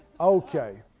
Okay